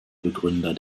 begründer